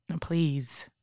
Please